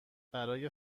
برای